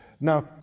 Now